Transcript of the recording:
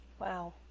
Wow